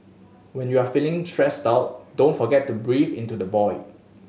when you are feeling stressed out don't forget to breathe into the void